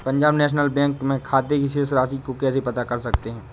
Punjab National Bank में खाते की शेष राशि को कैसे पता कर सकते हैं?